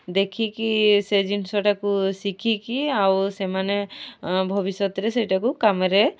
ଦେଖିକି ସେ ଜିନିଷଟାକୁ ଶିଖିକି ଆଉ ସେମାନେ ଭବିଷ୍ୟତରେ ସେଇଟାକୁ କାମରେ